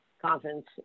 conference